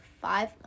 five